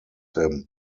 him